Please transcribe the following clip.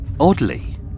Oddly